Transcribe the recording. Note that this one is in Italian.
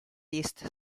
east